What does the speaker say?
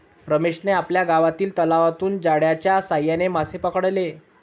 रमेशने आपल्या गावातील तलावातून जाळ्याच्या साहाय्याने मासे पकडले